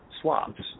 swaps